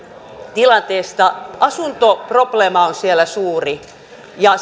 tilanteesta asuntoprobleema on siellä suuri ja